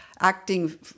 acting